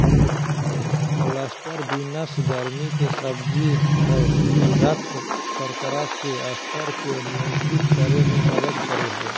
cluster beans गर्मि के सब्जी हइ ई रक्त शर्करा के स्तर के नियंत्रित करे में मदद करो हइ